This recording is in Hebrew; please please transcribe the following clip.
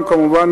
כמובן,